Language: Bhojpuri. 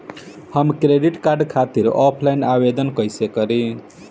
हम क्रेडिट कार्ड खातिर ऑफलाइन आवेदन कइसे करि?